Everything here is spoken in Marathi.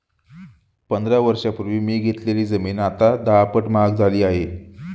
पंधरा वर्षांपूर्वी मी घेतलेली जमीन आता दहापट महाग झाली आहे